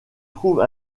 trouve